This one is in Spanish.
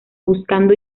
buscando